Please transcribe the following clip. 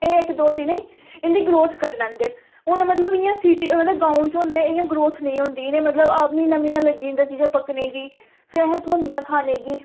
एह् इक दो दिनें ई इं'दी ग्रोथ करी लैंदे न हून मतलब इ'यां सिटी मतलब गांओं च होंदे इ'यां ग्रोथ नेईं होंदी इ'नें गी मतलब म्हीना म्हीना लग्गी जंदा चीजां पकने गी फिर अहें ई थ्होंदियां खाने गी